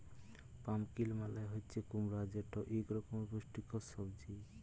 pumpkin মালে হছে কুমড়া যেট ইক রকমের পুষ্টিকর সবজি